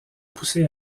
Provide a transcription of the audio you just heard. poussé